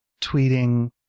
tweeting